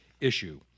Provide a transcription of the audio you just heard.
issue